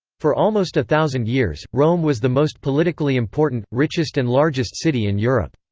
for almost a thousand years, rome was the most politically important, richest and largest city in europe.